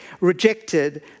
rejected